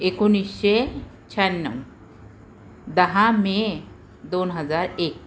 एकोणीसशे शहाण्णव दहा मे दोन हजार एक